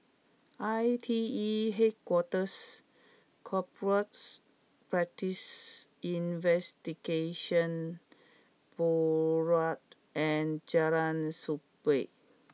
I T E Headquarters Corrupt Practices Investigation Bureau and Jalan Sabit